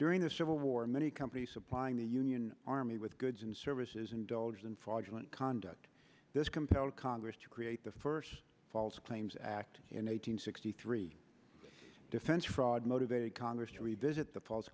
during the civil war many companies supplying the union army with goods and services indulged in fraudulent conduct this compelled congress to create the first false claims act in eight hundred sixty three defense fraud motivated congress to revisit the false